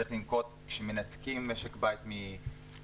שצריכים לנקוט כשמנתקים משק בית ממים,